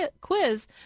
quiz